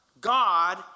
God